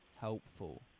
helpful